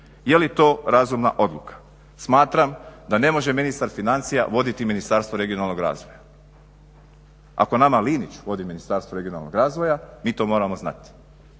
Je li to razumna odluka? Smatram da ne može ministar financija voditi Ministarstvo regionalnog razvoja. Ako nama Linić vodi Ministarstvo regionalnog razvoja mi to moramo znati.